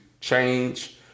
change